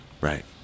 Right